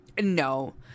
no